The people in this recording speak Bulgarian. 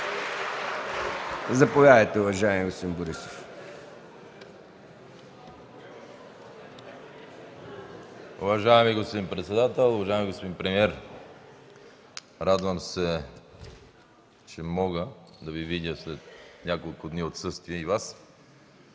Заповядайте, уважаеми господин Местан.